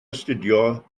astudio